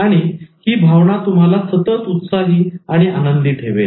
आणि ही भावना तुम्हाला सतत उत्साही आणि आनंदी ठेवेल